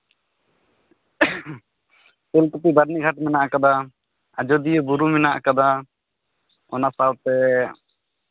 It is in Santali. ᱛᱮᱹᱞᱠᱩᱯᱤ ᱵᱟᱹᱨᱱᱤᱜᱷᱟᱴ ᱢᱮᱱᱟᱜ ᱟᱠᱟᱫᱟ ᱟᱡᱚᱫᱤᱭᱟᱹ ᱵᱩᱨᱩ ᱢᱮᱱᱟᱜ ᱟᱠᱟᱫᱟ ᱚᱱᱟ ᱥᱟᱶᱛᱮ